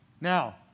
now